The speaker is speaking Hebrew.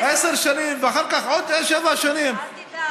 כשרוצחים שוטרים,